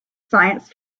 science